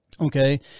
okay